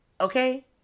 Okay